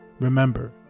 remember